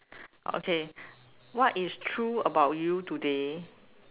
okay what is true about you today